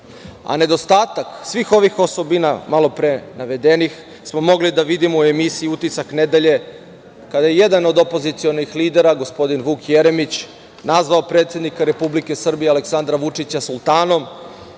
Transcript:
a nedostatak svih ovih osobina, malopre navedenih, smo mogli da vidimo u Emisiji „Utisak nedelje“ kada je jedan od opozicionih lidera, gospodin Vuk Jeremić nazvao predsednika Republike Srbije, Aleksandra Vučića sultanom,